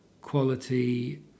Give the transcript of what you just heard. quality